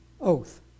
oath